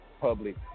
public